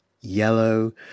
yellow